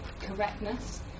correctness